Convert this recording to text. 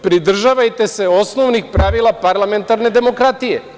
Pridržavajte se osnovnih pravila parlamentarne demokratije.